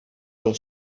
del